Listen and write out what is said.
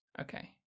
Okay